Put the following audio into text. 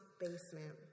basement